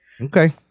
Okay